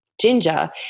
ginger